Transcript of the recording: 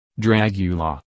Dragula